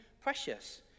precious